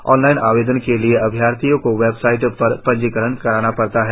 online आवेदन के लिए अभ्यर्थियों को वेबसाइट पर पंजीकरण कराना पड़ता है